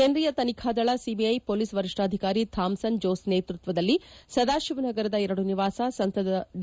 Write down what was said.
ಕೇಂದ್ರೀಯ ತನಿಖಾ ದಳ ಸಿಬಿಐ ಮೊಲೀಸ್ ವರಿಷ್ಠಾಧಿಕಾರಿ ಥಾಮ್ಲನ್ ಜೋಸ್ ನೇತೃತ್ವದಲ್ಲಿ ಸದಾಶಿವ ನಗರದ ಎರಡು ನಿವಾಸ ಸಂಸದ ಡಿ